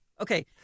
Okay